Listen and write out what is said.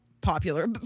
popular